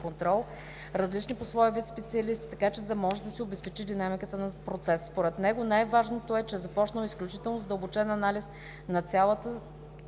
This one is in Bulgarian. контрол, различни по своя вид специалисти, така че да може да се обезпечи динамиката на процеса. Според него най-важното е, че е започнал изключително задълбочен анализ на цялостната